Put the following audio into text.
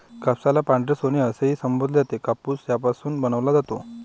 कापसाला पांढरे सोने असेही संबोधले जाते, कापूस यापासून बनवला जातो